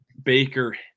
Baker